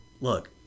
look